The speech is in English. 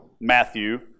Matthew